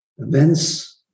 events